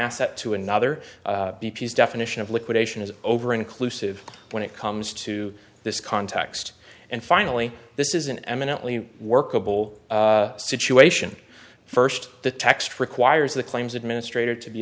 asset to another definition of liquidation is over inclusive when it comes to this context and finally this is an eminently workable situation first the text requires the claims administrator to be